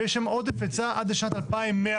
ויש שם עודף היצע עד לשנת 2109,